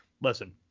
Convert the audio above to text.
Listen